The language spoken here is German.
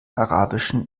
arabischen